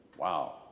Wow